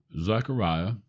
zechariah